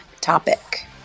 topic